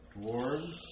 dwarves